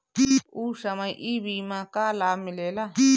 ऊ समय ई बीमा कअ लाभ मिलेला